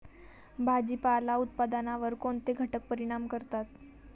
भाजीपाला उत्पादनावर कोणते घटक परिणाम करतात?